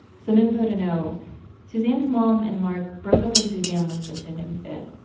some info to know suzanne's mom and mark broke up when suzanne was just an infant,